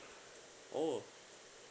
orh